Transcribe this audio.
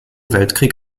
weltkrieg